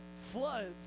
floods